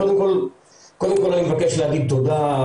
קודם כל אני מבקש להגיד תודה,